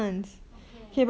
okay